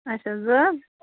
اچھا زٕ